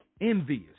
envious